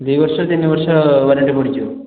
ଦୁଇ ବର୍ଷରୁ ତିନି ବର୍ଷ ୱାରେଣ୍ଟୀ ପଡ଼ିଯିବ